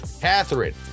catherine